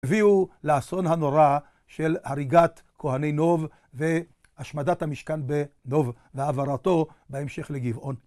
הביאו לאסון הנורא של הריגת כהני נוב והשמדת המשכן בנוב והעברתו בהמשך לגבעון.